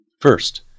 First